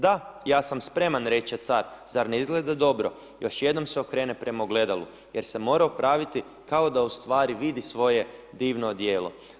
Da, ja sam spreman reče car, zar ne izgleda dobro, još jednom se okrene prema ogledalu jer se morao praviti kao da u stvari vidi svoje divno odijelo.